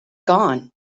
gone